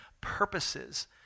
purposes